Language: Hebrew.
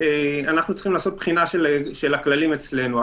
אנחנו צריכים לעשות בחינה של הכללים שלנו.